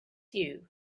you